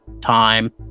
time